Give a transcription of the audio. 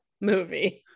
movie